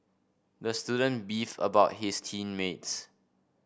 the student beefed about his team mates